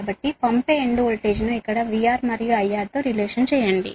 కాబట్టి పంపే ఎండ్ వోల్టేజ్ను ఇక్కడ VR మరియు IR తో రిలేషన్ చేయండి